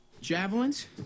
Javelins